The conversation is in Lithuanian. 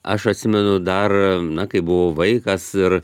aš atsimenu dar na kai buvau vaikas ir